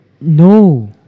no